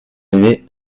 arrivé